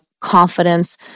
confidence